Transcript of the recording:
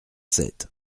sept